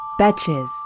Betches